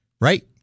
Right